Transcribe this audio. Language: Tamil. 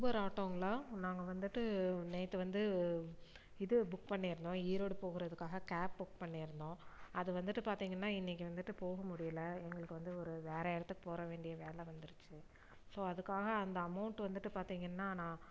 ஊபர் ஆட்டோங்களா நாங்கள் வந்துட்டு நேற்று வந்து இது புக் பண்ணியிருந்தோம் ஈரோடு போகிறதுக்காக கேப் புக் பண்ணியிருந்தோம் அது வந்துட்டு பார்த்திங்கன்னா இன்றைக்கு வந்துட்டு போகமுடியலை எங்களுக்கு வந்து ஒரு வேற இடத்துக்கு போகிறவேண்டிய வேலை வந்துருச்சு ஸோ அதுக்காக அந்த அமௌண்ட் வந்துட்டு பார்த்திங்கன்னா நான்